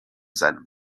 seinem